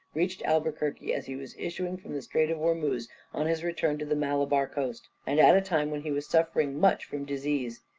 reached albuquerque as he was issuing from the strait of ormuz on his return to the malabar coast, and at a time when he was suffering much from disease.